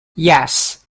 yes